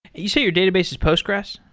you say your database is postgres?